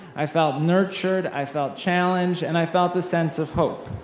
i felt nurtured, i felt challenged, and i felt the sense of hope.